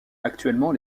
actuellement